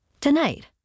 Tonight